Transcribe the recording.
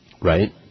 Right